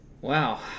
Wow